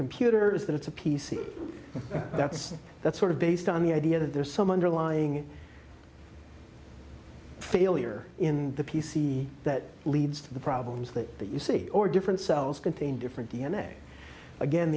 computer is that it's a p c that's that's sort of based on the idea that there's some underlying failure in the p c that leads to the problems that you see or different cells contain different d n a again